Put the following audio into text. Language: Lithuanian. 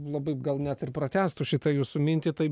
labai gal net ir pratęstų šitą jūsų mintį taip